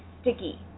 sticky